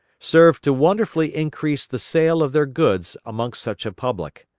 served to wonderfully increase the sale of their goods amongst such a public.